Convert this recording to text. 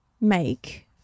make